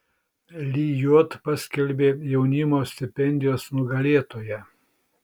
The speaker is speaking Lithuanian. lijot paskelbė jaunimo stipendijos nugalėtoją